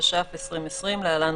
תש״ף 2020 (להלן,